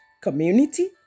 community